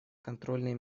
контрольные